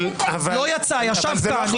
לא יצא, ישב כאן.